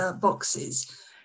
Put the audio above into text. boxes